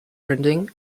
printing